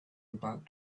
about